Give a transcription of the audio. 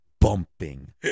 bumping